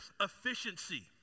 Efficiency